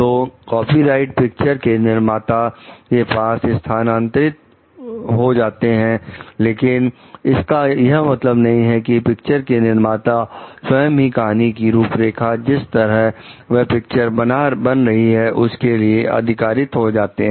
तो copyright picture के निर्माता के पास स्थानांतरित हो जाता है लेकिन इसका यह मतलब नहीं है कि पिक्चर के निर्माता स्वयं ही कहानी की रूपरेखा जिस पर यह पिक्चर बन रही है उस के लिए अधिकारिक हो जाते हैं